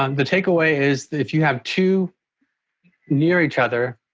um the takeaway is if you have two near each other,